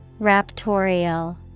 Raptorial